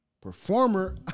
Performer